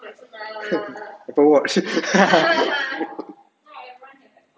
apple watch